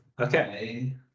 Okay